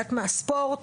ספורט,